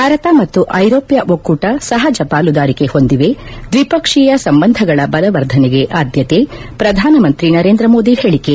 ಭಾರತ ಮತ್ತು ಐರೋಪ್ಯ ಒಕ್ಕೂಟ ಸಹಜ ಪಾಲುದಾರಿಕೆ ಹೊಂದಿವೆ ದ್ವಿಪಕ್ವೀಯ ಸಂಬಂಧಗಳ ಬಲವರ್ಧನೆಗೆ ಆದ್ಯತೆ ಪ್ರಧಾನಮಂತ್ರಿ ನರೇಂದ್ರ ಮೋದಿ ಹೇಳಿಕೆ